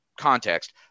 context